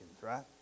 right